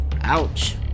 Ouch